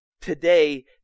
today